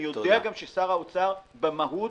אני יודע גם ששר האוצר במהות